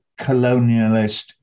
colonialist